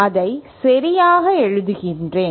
அதை சரியாக எழுதுகிறேன்